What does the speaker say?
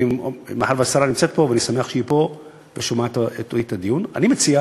מאחר שהשרה נמצאת פה, ואני שמח